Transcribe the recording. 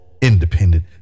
independent